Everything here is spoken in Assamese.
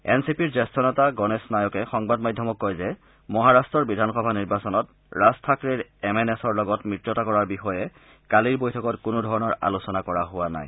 এন চি পিৰ জ্যেষ্ঠ নেতা গনেশ নায়কে সংবাদ মাধ্যমক কয় যে মহাৰট্টৰ বিধানসভা নিৰ্বাচনত ৰাজ থাকৰেৰ এম এন এছৰ লগত মিত্ৰতা কৰাৰ বিষয়ে কালিৰ বৈঠকত কোনোধৰণৰ আলোচনা কৰা হোৱা নাই